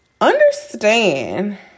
understand